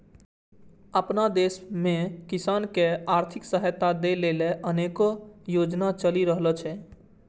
अपना देश मे किसान कें आर्थिक सहायता दै लेल अनेक योजना चलि रहल छै